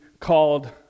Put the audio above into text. called